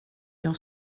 jag